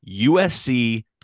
USC